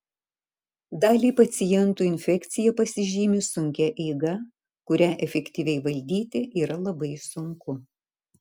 daliai pacientų infekcija pasižymi sunkia eiga kurią efektyviai valdyti yra labai sunku